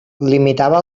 limitava